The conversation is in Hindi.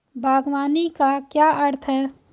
बागवानी का क्या अर्थ है?